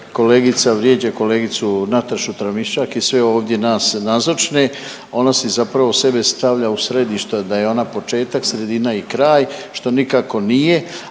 kolegica vrijeđa kolegicu Natašu Tramišćak i sve ovdje nas nazočne. Ona se zapravo sebe stavlja u središte da je ona početak, sredina i kraj što nikako nije,